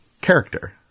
character